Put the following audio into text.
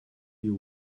you